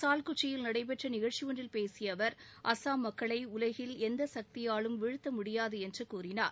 சால்குச்சியில் நடைபெற்ற நிகழ்ச்சி ஒன்றில் பேசிய அவர் அஸ்ஸாம் மக்களை உலகில் எந்த சக்தியாலும் வீழ்த்த முடியாது என்று கூறினார்